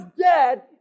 dead